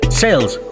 sales